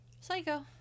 Psycho